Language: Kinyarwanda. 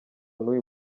n’uyu